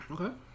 okay